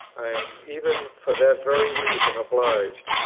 i am even for that very reason obliged,